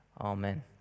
amen